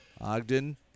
Ogden